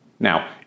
Now